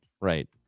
right